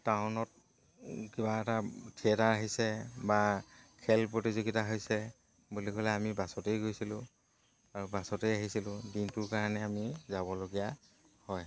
টাউনত কিবা এটা থিয়েটাৰ আহিছে বা খেল প্ৰতিযোগিতা হৈছে বুলি ক'লে আমি বাছতেই গৈছিলোঁ আৰু বাছতেই আহিছিলোঁ দিনটোৰ কাৰণে আমি যাবলগীয়া হয়